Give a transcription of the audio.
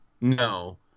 No